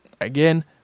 Again